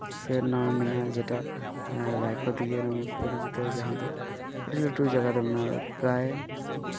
ᱥᱮ ᱱᱟᱹᱭ ᱢᱮᱱᱟᱜᱼᱟ ᱡᱮᱴᱟ ᱨᱟᱭᱠᱳ ᱛᱮᱜᱮ ᱯᱚᱨᱤᱪᱤᱛᱚ ᱡᱟᱦᱟᱸ ᱫᱚ ᱟᱹᱰᱤ ᱞᱟᱹᱴᱩ ᱡᱟᱭᱜᱟ ᱛᱮᱜᱮ ᱢᱮᱱᱟᱜᱼᱟ ᱯᱨᱟᱭ